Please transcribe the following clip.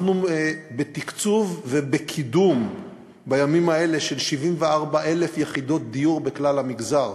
בימים האלה אנחנו בתקצוב ובקידום של 74,000 יחידות דיור בכלל המגזר.